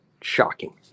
shocking